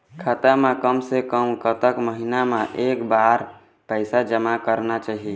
खाता मा कम से कम कतक महीना मा एक बार पैसा जमा करना चाही?